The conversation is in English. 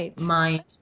mind